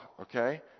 okay